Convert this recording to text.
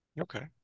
Okay